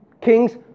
kings